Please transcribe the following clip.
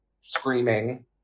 screaming